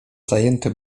zajęty